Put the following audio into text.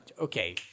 Okay